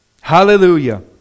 Hallelujah